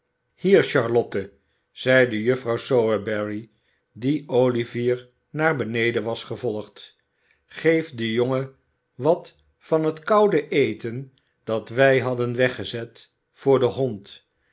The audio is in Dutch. hier charlotte zeide juffrouw sowerberry die olivier naar beneden was gevolgd geef den jongen wat van het koude eten dat wij hadden weggezet voor den hond